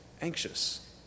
anxious